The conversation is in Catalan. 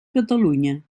catalunya